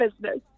Business